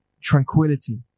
tranquility